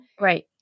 Right